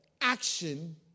action